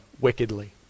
wickedly